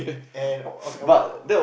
and